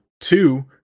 Two